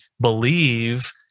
believe